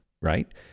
right